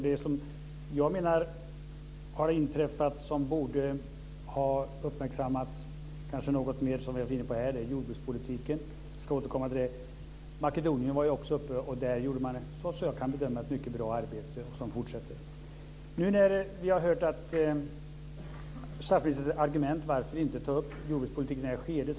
Det jag menar har inträffat som borde ha uppmärksammats kanske något mer, som vi har varit inne på här, är jordbrukspolitiken. Jag ska återkomma till det. Frågan om Makedonien var också uppe. Där gjorde man, vad jag kan bedöma, ett mycket bra arbete som fortsätter. Vi har hört statsministerns argument för att inte ta upp jordbrukspolitiken i det här skedet.